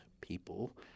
people